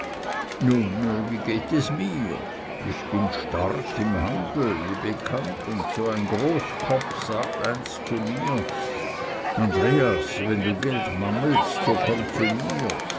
nun wie geht es mir ich bin stark im handel wie bekannt und so ein großkopf sagt einst zu mir andreas wenn du geld mangelst so komm zu mir